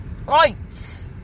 Right